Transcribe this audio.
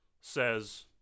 says